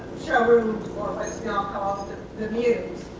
showroom, or what is now called the mews.